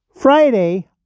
Friday